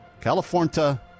California